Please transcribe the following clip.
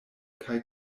kaj